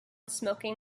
smoking